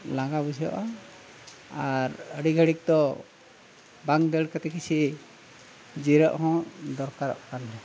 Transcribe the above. ᱞᱟᱸᱜᱟ ᱵᱩᱡᱷᱟᱹᱜᱼᱟ ᱟᱨ ᱟᱹᱰᱤ ᱜᱷᱟᱹᱲᱤᱡ ᱫᱚ ᱵᱟᱝ ᱫᱟᱹᱲ ᱠᱟᱛᱮᱫ ᱠᱤᱪᱷᱩ ᱡᱤᱨᱟᱹᱜ ᱦᱚᱸ ᱫᱚᱨᱠᱟᱨᱚᱜ ᱠᱟᱱ ᱜᱮᱭᱟ